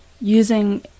using